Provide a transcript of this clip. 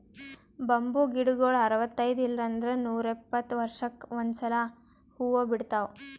bamboo ಗಿಡಗೊಳ್ ಅರವತೈದ್ ಇಲ್ಲಂದ್ರ ನೂರಿಪ್ಪತ್ತ ವರ್ಷಕ್ಕ್ ಒಂದ್ಸಲಾ ಹೂವಾ ಬಿಡ್ತಾವ್